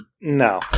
No